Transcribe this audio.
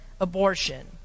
abortion